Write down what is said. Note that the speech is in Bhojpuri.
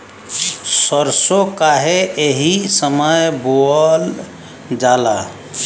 सरसो काहे एही समय बोवल जाला?